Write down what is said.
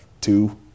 two